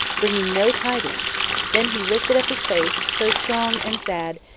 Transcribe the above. bringing no tidings then he lifted up his face, so strong and sad,